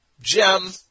gem